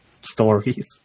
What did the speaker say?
stories